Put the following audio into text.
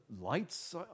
lights